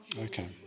Okay